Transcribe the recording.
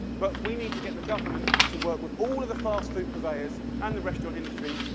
but we need to get the government to work with all of the fast food purveyors and the restaurant industry,